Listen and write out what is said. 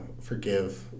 forgive